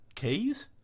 Keys